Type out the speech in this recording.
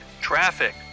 Traffic